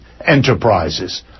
enterprises